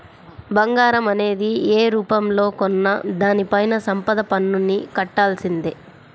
బంగారం అనేది యే రూపంలో కొన్నా దానిపైన సంపద పన్నుని కట్టాల్సిందే